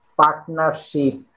partnership